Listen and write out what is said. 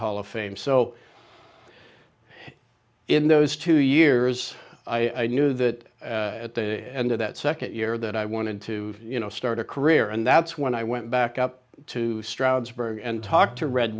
hall of fame so in those two years i knew that at the end of that second year that i wanted to start a career and that's when i went back up to stroudsburg and talk to read